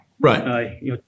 Right